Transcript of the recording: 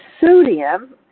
sodium